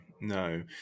no